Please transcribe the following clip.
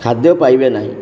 ଖାଦ୍ୟ ପାଇବେ ନାହିଁ